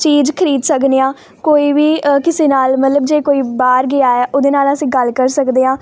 ਚੀਜ਼ ਖਰੀਦ ਸਕਦੇ ਹਾਂ ਕੋਈ ਵੀ ਅ ਕਿਸੇ ਨਾਲ ਮਤਲਬ ਜੇ ਕੋਈ ਬਾਹਰ ਗਿਆ ਆ ਉਹਦੇ ਨਾਲ ਅਸੀਂ ਗੱਲ ਕਰ ਸਕਦੇ ਹਾਂ